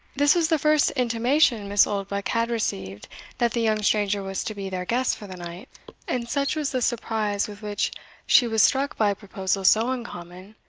this was the first intimation miss oldbuck had received that the young stranger was to be their guest for the night and such was the surprise with which she was struck by a proposal so uncommon,